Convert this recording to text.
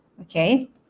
okay